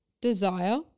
desire